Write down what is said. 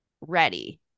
ready